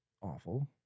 awful